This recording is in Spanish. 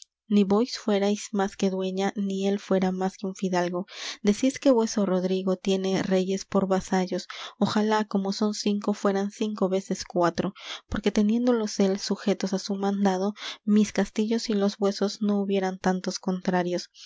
ni vos fuérais más que dueña ni él fuera más que un fidalgo decís que vueso rodrigo tiene reyes por vasallos ojalá como son cinco fueran cinco veces cuatro porque teniéndolos él sujetos á su mandado mis castillos y los vuesos no hubieran tantos contrarios